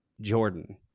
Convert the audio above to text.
Jordan